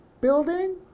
building